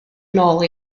nôl